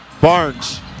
Barnes